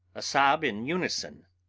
a sob in unison,